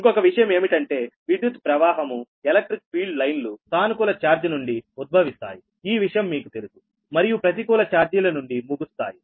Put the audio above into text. ఇంకొక విషయం ఏమిటంటే విద్యుత్ ప్రవాహము ఎలక్ట్రిక్ ఫీల్డ్ లైన్లు సానుకూల చార్జ్ నుండి ఉద్భవిస్థాయి ఈ విషయం మీకు తెలుసు మరియు ప్రతికూల చార్జీల నుండి ముగుస్తాయి